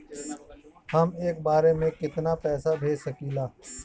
हम एक बार में केतना पैसा भेज सकिला?